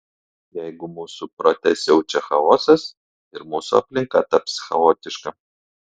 jeigu mūsų prote siaučia chaosas ir mūsų aplinka taps chaotiška